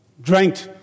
drank